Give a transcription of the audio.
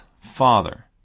father